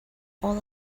all